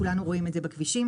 כולנו רואים את זה בכבישים.